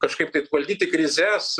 kažkaip taip valdyti krizes